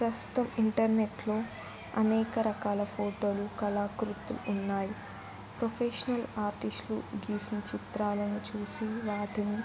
ప్రస్తుతం ఇంటర్నెట్లో అనేక రకాల ఫోటోలు కళాకృతులు ఉన్నాయి ప్రొఫెషనల్ ఆర్టిస్టులు గీసిన చిత్రాలను చూసి వాటిని